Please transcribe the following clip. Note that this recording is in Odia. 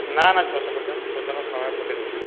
ନା ନା ଛଅଶହ କରିଦିଅନ୍ତୁ ଛଅଶହରେ ମୁଁ ପ୍ରମେୟ ପଠାଇଦେଉଛି